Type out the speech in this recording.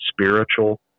spiritual